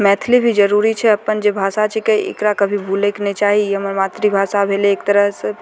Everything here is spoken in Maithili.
मैथिली भी जरुरी छै अप्पन जे भाषा छिकै एकरा कभी भुलयके नहि चाही ई हमर मातृभाषा भेलय एक तरह सँ